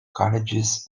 colleges